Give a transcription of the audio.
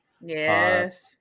Yes